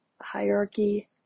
hierarchy